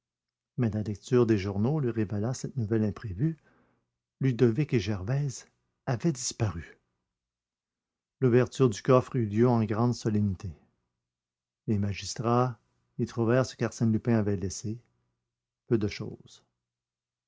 mais la lecture des journaux lui révéla cette nouvelle imprévue ludovic et gervaise avaient disparu l'ouverture du coffre eut lieu en grande solennité les magistrats y trouvèrent ce qu'arsène lupin avait laissé peu de chose